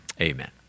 Amen